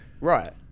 Right